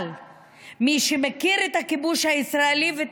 אבל מי שמכיר את הכיבוש הישראלי ואת